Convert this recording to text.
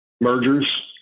mergers